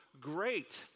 great